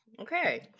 Okay